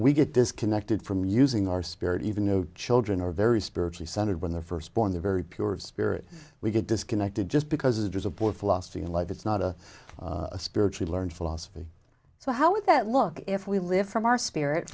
we get disconnected from using our spirit even no children are very spiritually centered when they're first born the very pure spirit we get disconnected just because it is a poor philosophy in life it's not a spiritual learn philosophy so how would that look if we live from our spirit